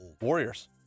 Warriors